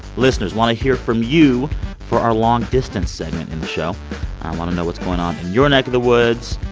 listeners, want to hear from you for our long-distance segment in the show. i want to know what's going um your neck of the woods.